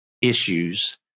issues